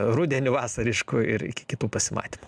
rudeniu vasarišku ir iki kitų pasimatymų